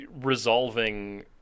resolving